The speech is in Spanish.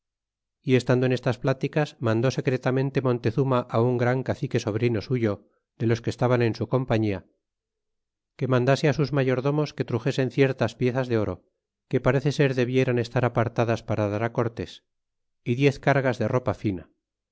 e estando en estas pláticas mandó secretamente monteztíma un gran cacique sobrino suyo de los que estaban en su compañía que mandase á sus mayordomos que truxesen ciertas piezas de oro que parece ser debieran estar apartadas para dará cortés é diez cargas de ropa fina